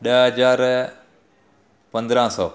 ॾह हज़ार पंद्रहं सौ